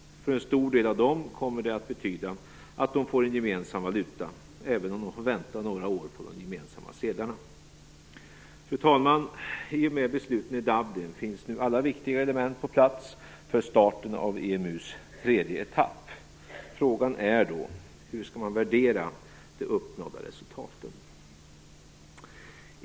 För en stor del av dem kommer det att betyda att de får en gemensam valuta, även om de får vänta några år på den gemensamma sedlarna. Fru talman! I och med besluten i Dublin finns nu alla viktiga element på plats för starten av EMU:s tredje etapp. Frågan är då: Hur skall man värdera de uppnådda resultaten?